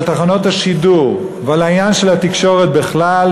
תחנות השידור ועל העניין של התקשורת בכלל,